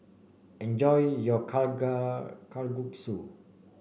enjoy your Kalguksu